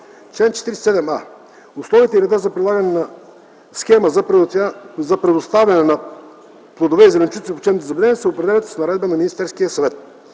„Чл. 47а. Условията и редът за прилагане на схема за предоставяне на плодове и зеленчуци в учебните заведения се определят с наредба на Министерския съвет.”